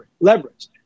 leverage